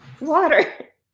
Water